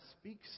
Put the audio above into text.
speaks